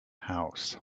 house